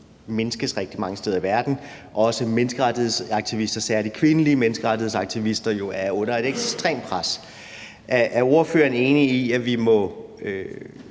mindskes rigtig mange steder i verden, hvor også menneskerettighedsaktivister, særlig kvindelige menneskerettighedsaktivister, jo er under et ekstremt pres. Er ordføreren enig i, at vi må